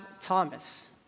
Thomas